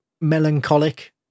melancholic